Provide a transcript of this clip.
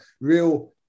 real